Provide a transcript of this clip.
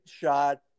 shot